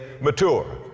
mature